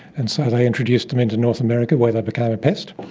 and so they introduced them into north america where they became a pest.